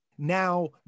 now